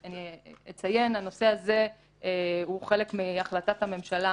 אני אציין, הנושא הזה הוא חלק מהחלטת הממשלה